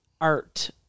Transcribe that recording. art